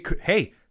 hey